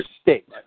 state